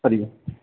हरिः ओम्